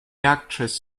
actress